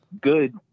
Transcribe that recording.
good